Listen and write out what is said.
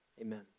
Amen